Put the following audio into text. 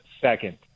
second